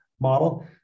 model